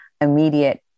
immediate